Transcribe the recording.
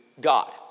God